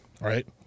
right